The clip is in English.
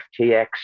FTX